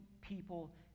people